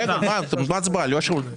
טוב, אנחנו מצביעים.